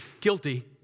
guilty